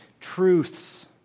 truths